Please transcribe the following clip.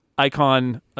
icon